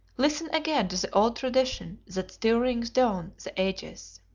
listen again to the old tradition that still rings down the ages